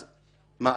אז מה,